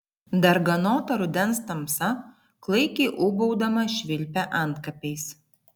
darganota rudens tamsa klaikiai ūbaudama švilpia antkapiais